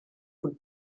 would